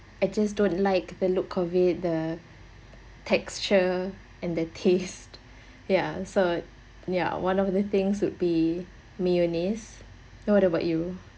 I just don't like the look of it the texture and the taste ya so ya one of the things would be mayonnaise what about you